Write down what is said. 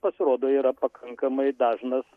pasirodo yra pakankamai dažnas